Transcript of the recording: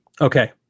Okay